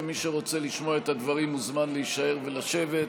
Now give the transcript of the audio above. ומי שרוצה לשמוע את הדברים מוזמן להישאר ולשבת.